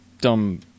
dumb